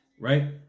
right